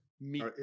meet